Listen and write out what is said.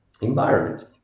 environment